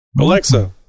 alexa